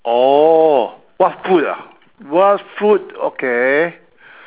oh what food ah what food okay